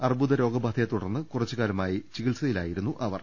അർബുദ രോഗബാധയെ തുടർന്ന് കുറച്ചുകാല മായി ചികിത്സയിലായിരുന്നു അവർ